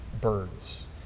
birds